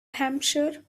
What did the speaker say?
hampshire